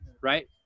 Right